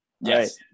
Yes